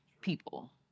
people